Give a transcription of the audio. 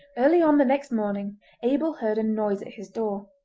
early on the next morning abel heard a noise at his door,